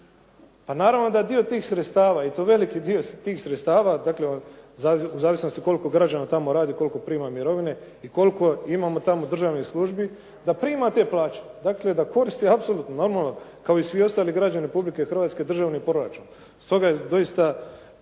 Pa naravno da dio tih sredstava i to veliki dio tih sredstava dakle u zavisnosti koliko građana tamo radi, koliko prima mirovine i koliko imamo tamo državnih službi da prima te plaće, dakle da koriste apsolutno normalno kao i svi ostali građani Republike Hrvatske državni proračun.